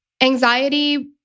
anxiety